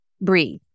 breathe